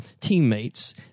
teammates